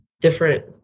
different